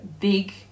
big